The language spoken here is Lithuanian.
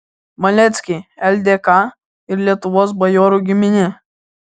maleckiai ldk ir lietuvos bajorų giminė